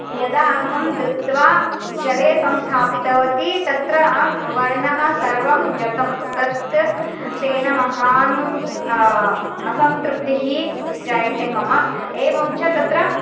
यदा अहं दृत्वा जले संस्थापितवती तत्र वर्णः सर्वं गतं तत् तेन महान् असन्तृप्तिः जायते मम एवं च तत्र